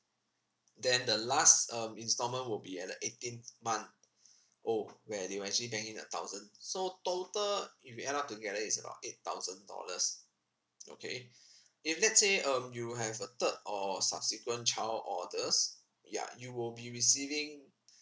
then the last um installment will be at the eighteenth month oh where they will actually bank in a thousand so total if you add up together it's about eight thousand dollars okay if let's say um you have a third or subsequent child orders ya you will be receiving